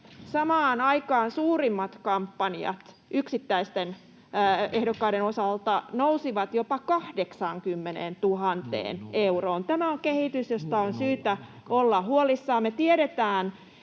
samaan aikaan suurimmat kampanjat yksittäisten ehdokkaiden osalta nousivat jopa 80 000 euroon. Tämä on kehitys, josta on syytä olla huolissaan.